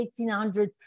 1800s